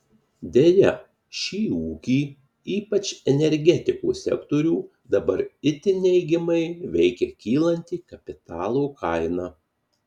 deja šį ūkį ypač energetikos sektorių dabar itin neigiamai veikia kylanti kapitalo kaina